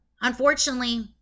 Unfortunately